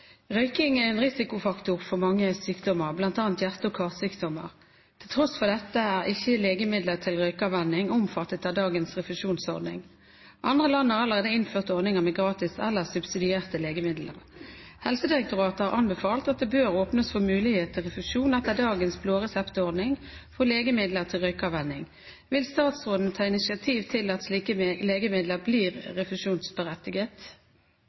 «Røyking er en risikofaktor for mange sykdommer, bl.a. hjerte- og karsykdommer. Til tross for dette er ikke legemidler til røykeavvenning omfattet av dagens refusjonsordning. Andre land har allerede innført ordninger med gratis eller subsidierte legemidler. Helsedirektoratet har anbefalt at det bør åpnes for mulighet til refusjon etter dagens blåreseptordning for legemidler til røykeavvenning. Vil statsråden ta initiativ til at slike legemidler